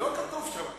לא כתוב שם.